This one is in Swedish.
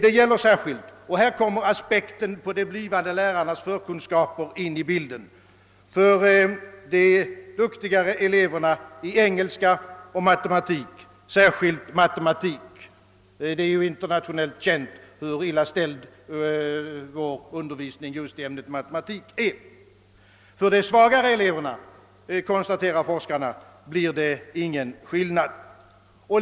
Det gäller särskilt — och här kommer aspekten på de blivande lärarnas förkunskaper in i bilden — för de duktigare eleverna i engelska och, speciellt, matematik. Det är internationellt känt hur illa beställt det är med vår undervisning just i ämnet matematik. För de svagare eleverna — konstaterar forskarna — blir det ingen skillnad.